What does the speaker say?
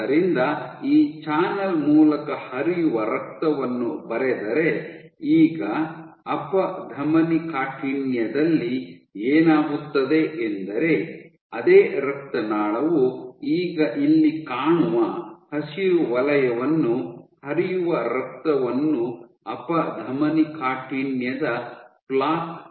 ಆದ್ದರಿಂದ ಈ ಚಾನಲ್ ಮೂಲಕ ಹರಿಯುವ ರಕ್ತವನ್ನು ಬರೆದರೆ ಈಗ ಅಪಧಮನಿಕಾಠಿಣ್ಯದಲ್ಲಿ ಏನಾಗುತ್ತದೆ ಎಂದರೆ ಅದೇ ರಕ್ತನಾಳವು ಈಗ ಇಲ್ಲಿ ಕಾಣುವ ಹಸಿರು ವಲಯವನ್ನು ಹರಿಯುವ ರಕ್ತವನ್ನು ಅಪಧಮನಿಕಾಠಿಣ್ಯದ ಪ್ಲೇಕ್ ಎಂದು ಕರೆಯಲಾಗುತ್ತದೆ